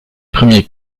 premiers